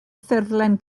ffurflen